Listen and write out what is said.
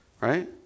right